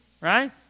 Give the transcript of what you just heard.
Right